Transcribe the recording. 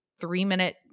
three-minute